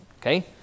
Okay